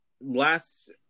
last